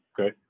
Okay